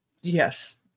Yes